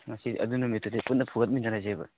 ꯑꯗꯨ ꯅꯨꯃꯤꯠꯇꯨꯗꯤ ꯄꯨꯟꯅ ꯐꯨꯒꯠꯃꯤꯟꯅꯔꯁꯦꯕ